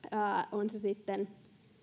on se sitten